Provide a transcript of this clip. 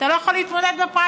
אתה לא יכול להתמודד בפריימריז.